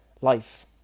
life